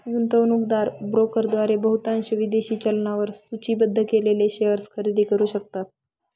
गुंतवणूकदार ब्रोकरद्वारे बहुतांश विदेशी चलनांवर सूचीबद्ध केलेले शेअर्स खरेदी करू शकतात